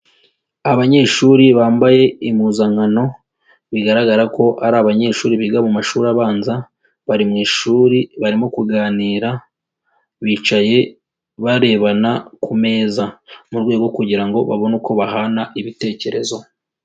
Abanyeshuri bambaye impuzankano, bigaragara ko ari abanyeshuri biga mu mashuri abanza, bari mu ishuri barimo kuganira, bicaye barebana ku meza mu rwego rwo kugira ngo babone uko bahana ibitekerezo.